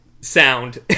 sound